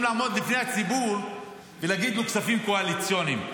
לעמוד בפני הציבור ולהגיד: כספים קואליציוניים.